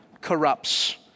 corrupts